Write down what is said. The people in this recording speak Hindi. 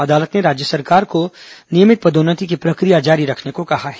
अदालत ने राज्य सरकार को नियमित पदोन्नति की प्रक्रिया जारी रखने को कहा है